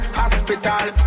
hospital